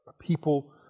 people